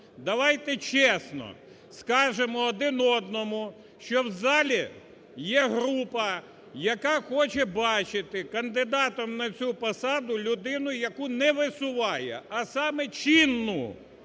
Давайте чесно скажемо один одному, що в залі є група, яка хоче бачити кандидатом на цю посаду людину, яку не висуває, а саме чинну